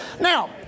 Now